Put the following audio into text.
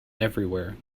everywhere